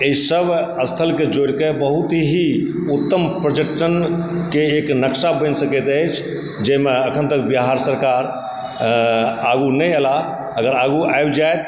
ई सभ स्थलके जोड़िके बहुत ही उत्तम पर्यटनके एक नक्शा बनि सकैत अछि जाहिमे अखन तक बिहार सरकार आगु नहि एलाह अगर आगु आबि जाथि